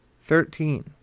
Thirteen